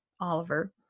Oliver